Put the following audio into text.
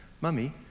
mummy